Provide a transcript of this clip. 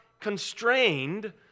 constrained